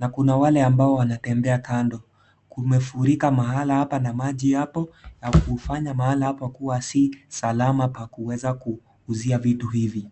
na kuna wale ambao wanatembea kando. Kumefurika mahala hapa na maji yapo, na kufanya mahala hapa kuwa si salama pakuweza kuuzia vitu hivi.